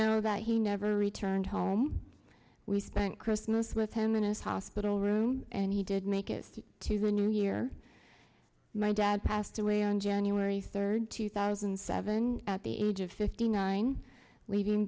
know that he never returned home we spent christmas with him in his hospital room and he did make it to the new year my dad passed away on january third two thousand and seven at the age of fifty nine leaving